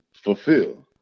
fulfill